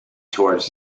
towards